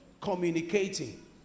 Communicating